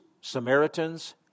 Samaritans